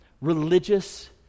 Religious